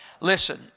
Listen